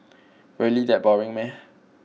really that boring meh